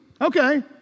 Okay